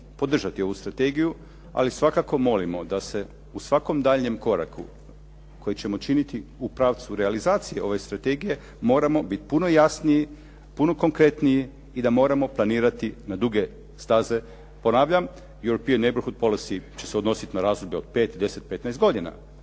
podržati ovu strategiju. Ali svakako molimo da se u svakom daljnjem koraku koji ćemo činiti u pravcu realizacije ove strategije moramo biti puno jasniji, puno konkretniji i da moramo planirati na duge staze. Ponavljam, Europien neighbourhood policy će se odnositi na razdoblje od pet, deset,